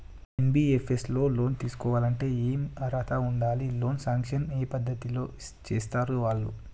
NBFS లో loan తీస్కోవాలంటే ఏం అర్హత ఉండాలి? లోన్ సాంక్షన్ ఏ పద్ధతి లో చేస్తరు వాళ్లు?